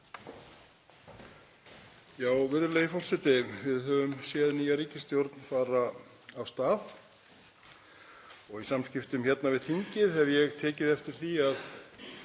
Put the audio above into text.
Virðulegi forseti. Við höfum séð nýja ríkisstjórn fara af stað og í samskiptum hérna við þingið hef ég tekið eftir því að